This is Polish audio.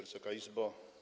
Wysoka Izbo!